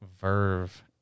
Verve